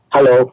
Hello